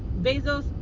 Bezos